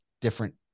different